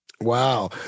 Wow